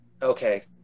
Okay